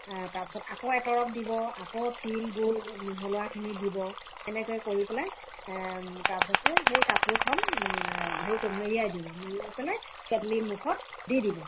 তাৰপিছত আকৌ এতৰপ দিব আকৌ তিল গুড় মিহলোৱাখিনি দিব এনেকৈ কৰি পেলাই তাৰপিছতে সেই কাপোৰখন হেৰি কৰিব মেৰিয়াই দিব মেৰিয়াই পেলাই কেটলি মুখত দি দিব